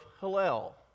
Hillel